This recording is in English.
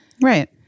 Right